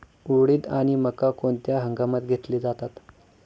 उडीद आणि मका कोणत्या हंगामात घेतले जातात?